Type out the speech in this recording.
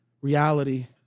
reality